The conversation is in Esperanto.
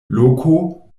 loko